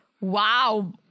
wow